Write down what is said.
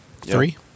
three